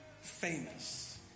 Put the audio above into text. famous